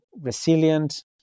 resilient